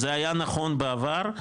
זה היה נכון בעבר,